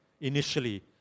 initially